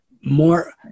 more